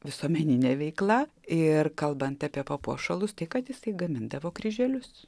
visuomenine veikla ir kalbant apie papuošalus taip pat jisai gamindavo kryželius